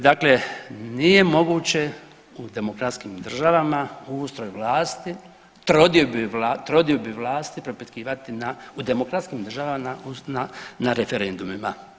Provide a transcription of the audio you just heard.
Dakle, nije moguće u demokratskim državama ustroj vlasti trodiobi vlasti propitkivati na, u demokratskim državama na referendumima.